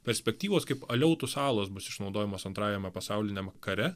perspektyvos kaip aleutų salos bus išnaudojamos antrajame pasauliniam kare